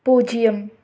பூஜ்ஜியம்